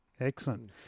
excellent